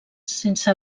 sense